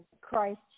Christ